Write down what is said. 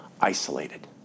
isolated